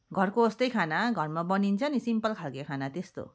घरको जस्तै खाना घरमा बनिन्छ नि सिम्पल खालको खाना त्यस्तो